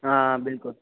हाँ बिल्कुल